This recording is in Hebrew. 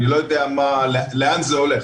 אני לא יודע לאן זה הולך.